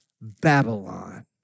Babylon